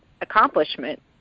accomplishment